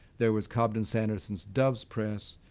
there was cobden-sanderson's doves press.